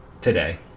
today